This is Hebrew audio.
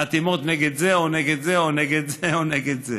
חתימות נגד זה או נגד זה או נגד זה או נגד זה.